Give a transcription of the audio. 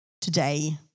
Today